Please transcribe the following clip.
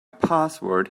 password